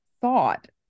thought